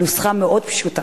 הנוסחה מאוד פשוטה,